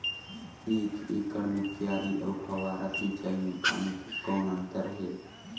एक एकड़ म क्यारी अउ फव्वारा सिंचाई मे पानी के कौन अंतर हे?